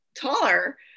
taller